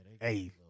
Hey